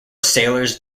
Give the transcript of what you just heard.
sailors